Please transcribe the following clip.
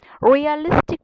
realistic